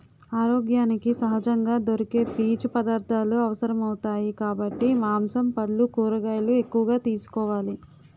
ఆరోగ్యానికి సహజంగా దొరికే పీచు పదార్థాలు అవసరమౌతాయి కాబట్టి మాంసం, పల్లు, కూరగాయలు ఎక్కువగా తీసుకోవాలి